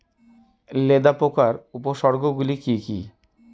লেদা পোকার উপসর্গগুলি কি কি?